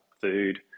food